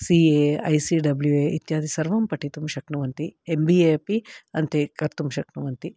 C A I C W A इत्यादि सर्वं पठितुं शक्नुवन्ति एम् बी ए अपि अन्ते कर्तुं शक्नुवन्ति